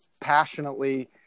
passionately